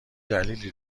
دلیلی